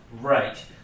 right